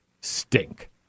stink